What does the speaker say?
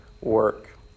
work